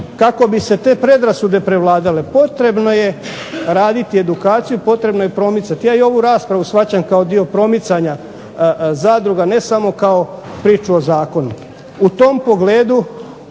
Kako bi se te predrasude prevladale potrebno je raditi edukaciji, potrebno je promicati. Ja i ovu raspravu shvaćam kao dio promicanja zadruga, ne samo kao priču o zakonu.